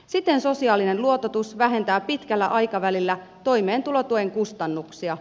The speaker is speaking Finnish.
siten sosiaalinen luototus vähentää pitkällä aikavälillä toimeentulotuen kustannuksia